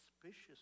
suspicious